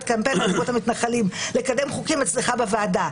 קמפיין אלימות המתנחלים לקדם חוקים אצלך בוועדה,